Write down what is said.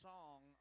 song